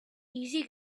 easy